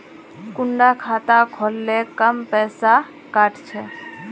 कुंडा खाता खोल ले कम पैसा काट छे?